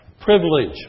privilege